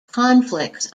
conflicts